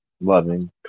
loving